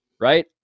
right